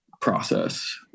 process